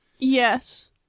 Yes